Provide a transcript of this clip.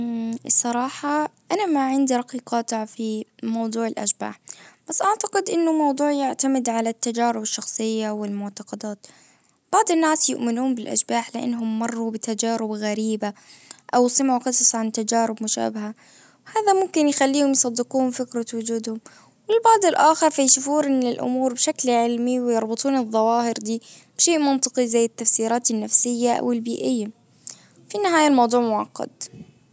مم الصراحة انا ما عندي رأي اعطي في موضوع الاشباح. بس اعتقد انه موضوع يعتمد على التجارب الشخصية والمعتقدات. بعض الناس يؤمنون بالاشباح لانهم مروا بتجارب غريبة. او سمعوا قصص عن تجارب مشابهة. هذا ممكن يخليهم يصدقوهم فكرة وجودهم و البعض الاخر فيشوفون الامور بشكل علمي ويربطون الظواهر دي. بشي منطقي زي التفسيرات النفسية او البيئية. في النهاية الموضوع معقد